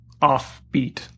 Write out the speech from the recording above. offbeat